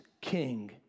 king